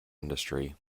industry